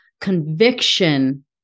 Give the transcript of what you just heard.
conviction